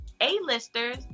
A-listers